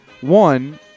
One